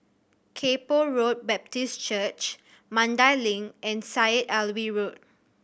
Kay Poh Road Baptist Church Mandai Link and Syed Alwi Road